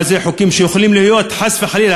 מה זה חוקים שיכולים להיות חס וחלילה